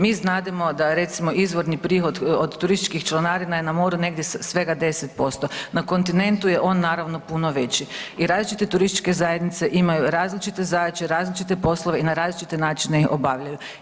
Mi znademo da je recimo izvorni prihod od turističkih članarina je na moru negdje svega 10%, na kontinentu je naravno puno veći i različite turističke zajednice imaju različite zadaće, različite poslove i na različite načine ih obavljaju.